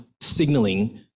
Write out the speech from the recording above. signaling